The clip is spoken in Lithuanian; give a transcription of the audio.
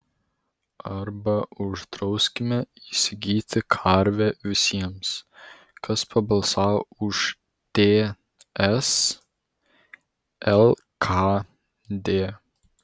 arba uždrauskime įsigyti karvę visiems kas pabalsavo už ts lkd